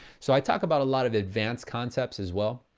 so i talk about a lot of advanced concepts as well,